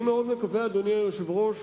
אדוני היושב-ראש,